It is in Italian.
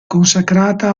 consacrata